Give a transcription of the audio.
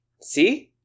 See